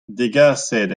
degaset